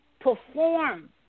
perform